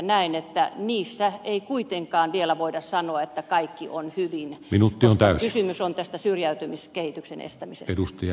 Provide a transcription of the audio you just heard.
näen että niistä ei kuitenkaan vielä voida sanoa että kaikki on hyvin koska kysymys on tästä syrjäytymiskehityksen estämisestä